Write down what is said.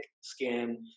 skin